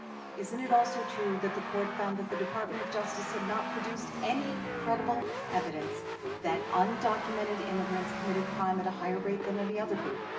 isn't it also true that the court found that the department of justice had not produced any credible evidence that undocumented immigrants commit crime at a higher rate than any other group?